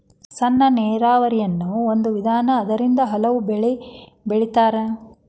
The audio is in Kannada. ಸಣ್ಣ ನೇರಾವರಿನು ಒಂದ ವಿಧಾನಾ ಅದರಿಂದ ಹಲವು ಬೆಳಿ ಬೆಳಿತಾರ